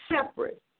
separate